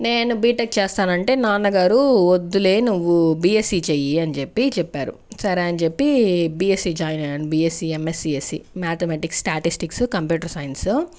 నేను బీటెక్ చేస్తానంటే నాన్నగారు వద్దులే నువ్వు బీఎస్సీ చెయ్యి అని చెప్పి చెప్పారు సరే అని చెప్పి బీఎస్సీ జాయిన్ అయ్యాను బీఎస్సీ ఎమ్ఎస్సీఎస్సీ మ్యాథమెటిక్స్ స్ట్యాటిస్టిక్సు కంప్యూటర్ సైన్సు